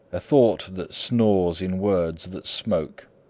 a thought that snores in words that smoke.